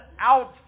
out